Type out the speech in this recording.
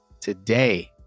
today